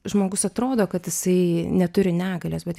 žmogus atrodo kad jisai neturi negalios bet